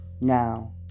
Now